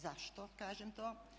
Zašto kažem to?